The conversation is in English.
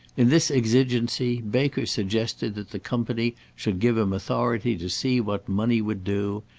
in this exigency baker suggested that the company should give him authority to see what money would do,